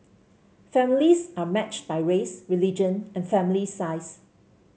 families are matched by race religion and family size